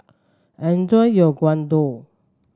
enjoy your Gyudon